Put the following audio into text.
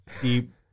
deep